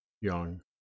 young